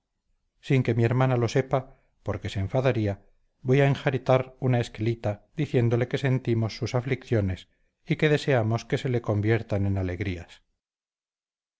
sin que mi hermana lo sepa porque se enfadaría voy a enjaretar una esquelita diciéndole que sentimos sus aflicciones y que deseamos que se le conviertan en alegrías